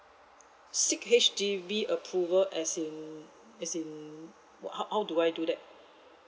seek H_D_B approval as in as in how how do I do that